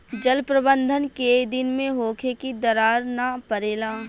जल प्रबंधन केय दिन में होखे कि दरार न परेला?